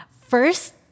first